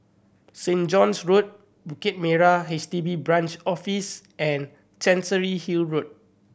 Saint John's Road Bukit Merah H D B Branch Office and Chancery Hill Road